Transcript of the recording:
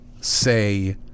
say